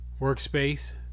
Workspace